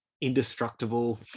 indestructible